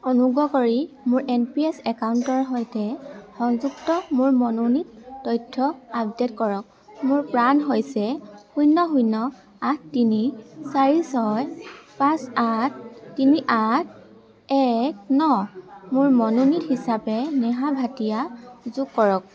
অনুগ্ৰহ কৰি মোৰ এন পি এছ একাউণ্টৰ সৈতে সংযুক্ত মোৰ মনোনীত তথ্য আপডে'ট কৰক মোৰ প্ৰাণ হৈছে শূন্য শূন্য আঠ তিনি চাৰি ছয় পাঁচ আঠ তিনি আঠ এক ন মোৰ মনোনীত হিচাপে নেহা ভাটিয়া যোগ কৰক